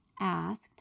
asked